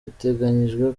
biteganyijwe